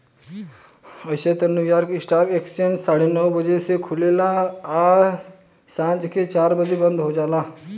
अइसे त New York stock exchange साढ़े नौ बजे खुलेला आ सांझ के चार बजे बंद हो जाला